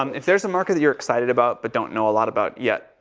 um if there's a market that you're excited about but don't know a lot about yet,